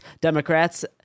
Democrats